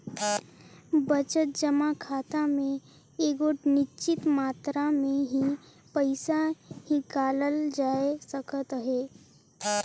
बचत जमा खाता में एगोट निच्चित मातरा में ही पइसा हिंकालल जाए सकत अहे